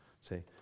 Say